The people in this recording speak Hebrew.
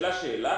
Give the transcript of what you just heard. נשאלה שאלה,